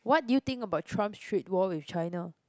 what do you think about Trump's trade war with China